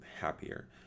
happier